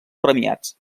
premiats